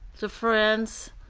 the friends.